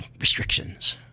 restrictions